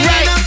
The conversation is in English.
Right